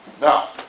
Now